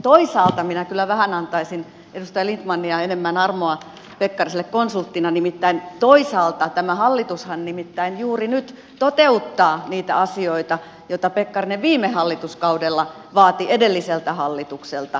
toisaalta minä kyllä vähän antaisin edustaja lindtmania enemmän armoa pekkariselle konsulttina nimittäin toisaalta tämä hallitushan juuri nyt toteuttaa niitä asioita joita pekkarinen viime hallituskaudella vaati edelliseltä hallitukselta